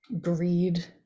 greed